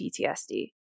PTSD